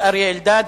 אין נמנעים.